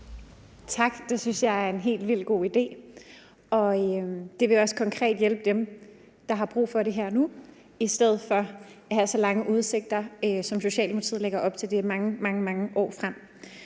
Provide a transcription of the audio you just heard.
Tak. Det synes jeg er en helt vild god idé. Det vil også konkret hjælpe dem, der har brug for det her og nu, i stedet for at have så lange udsigter, som Socialdemokratiet lægger op til, altså de her mange, mange år ud